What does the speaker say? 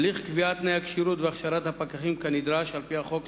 הליך קביעת תנאי הכשירות והכשרת הפקחים כנדרש על-פי החוק,